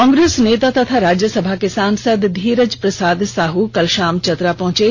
कांग्रेस नेता तथा राज्यसभा के सांसद धीरज प्रसाद साहू कल शाम चतरा पहुंचे